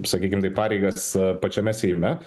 sakykim taip pareigas pačiame seime